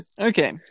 Okay